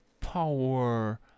Power